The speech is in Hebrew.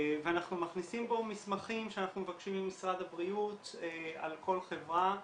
ואנחנו מכניסים בו מסמכים שאנחנו מבקשים ממשרד הבריאות על כל חברה,